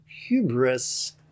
hubris